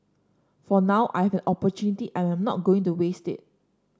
for now I have an opportunity and I'm not going to waste it